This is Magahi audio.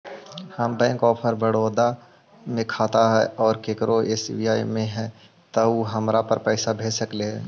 हमर बैंक ऑफ़र बड़ौदा में खाता है और केकरो एस.बी.आई में है का उ हमरा पर पैसा भेज सकले हे?